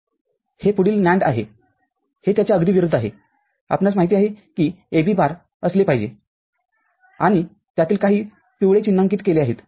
हे पुढील NAND आहेहे त्याच्या अगदी विरुद्ध आहेआपणास माहिती आहे कि हे AB बारअसले पाहिजे आणि त्यातील काही पिवळे चिन्हांकित केले आहेत